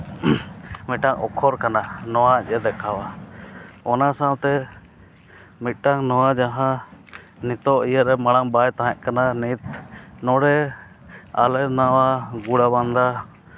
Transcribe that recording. ᱢᱤᱫᱴᱟᱱ ᱚᱠᱠᱷᱚᱨ ᱠᱟᱱᱟ ᱱᱚᱣᱟ ᱟᱡ ᱮ ᱫᱮᱠᱷᱟᱣᱟ ᱚᱱᱟ ᱥᱟᱶᱛᱮ ᱢᱤᱫᱴᱟᱹᱱ ᱱᱚᱣᱟ ᱡᱟᱦᱟᱸ ᱱᱤᱛᱚᱜ ᱤᱭᱟᱹ ᱨᱮ ᱢᱟᱲᱟᱝ ᱵᱟᱭ ᱛᱟᱦᱮᱸ ᱠᱟᱱᱟ ᱱᱤᱛ ᱱᱚᱰᱮ ᱟᱞᱮ ᱱᱚᱣᱟ ᱜᱳᱲᱟ ᱵᱟᱸᱫᱷᱟ